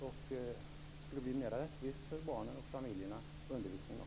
Det skulle bli mer rättvist för barnen och familjerna och också för undervisningen.